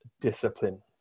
discipline